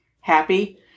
happy